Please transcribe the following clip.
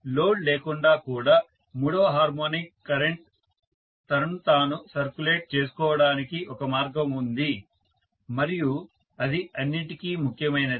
load లేకుండా కూడా మూడవ హార్మోనిక్ కరెంట్ తనను తాను సర్క్యులేట్ చేసుకోవడానికి ఒక మార్గం ఉంది మరియు అది అన్నింటికీ ముఖ్యమైనది